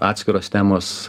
atskiros temos